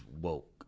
woke